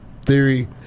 theory